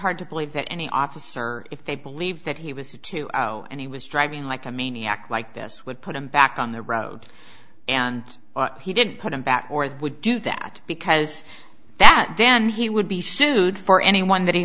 hard to believe that any officer if they believe that he was to go and he was driving like a maniac like this would put him back on the road and he didn't put them back or they would do that because that then he would be sued for anyone that he